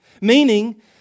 Meaning